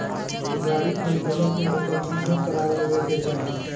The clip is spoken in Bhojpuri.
गाड़ी खरीदला पे ओकर बीमा करा लेवे के चाही